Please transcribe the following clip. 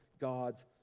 God's